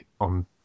on